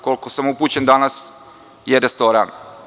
Koliko sam upućen, danas je restoran.